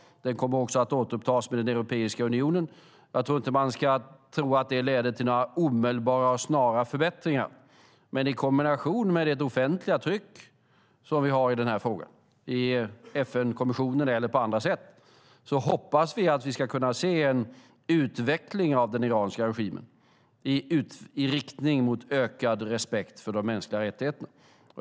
Den kommer också att återupptas med Europeiska unionen. Man ska nog inte tro att det leder till några omedelbara och snara förbättringar. Men i kombination med det offentliga tryck som vi har i frågan i FN-kommissionen eller på andra sätt hoppas vi att vi ska kunna se en utveckling av den iranska regimen i riktning mot ökad respekt för de mänskliga rättigheterna.